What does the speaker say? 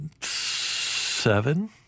seven